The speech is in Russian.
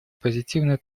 позитивная